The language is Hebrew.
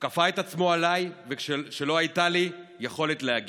הוא כפה את עצמו עליי כשלא הייתה לי יכולת להגיב.